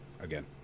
again